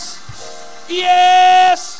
Yes